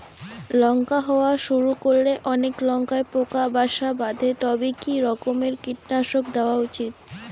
লঙ্কা হওয়া শুরু করলে অনেক লঙ্কায় পোকা বাসা বাঁধে তবে কি রকমের কীটনাশক দেওয়া উচিৎ?